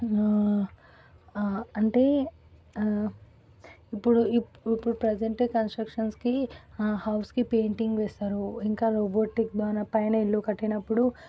అంటే ఇప్పుడు ఇప్పుడు ప్రజెంట్ కన్స్ట్రక్షన్స్కి ఆ హౌస్కి పెయింటింగ్ వేస్తారు ఇంకా రోబోటిక్ పైన ఇల్లు కట్టినప్పుడు